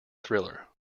thriller